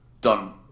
done